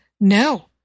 No